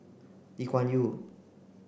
Lee Kuan Yew